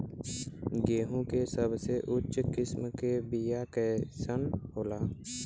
गेहूँ के सबसे उच्च किस्म के बीया कैसन होला?